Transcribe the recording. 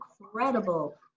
incredible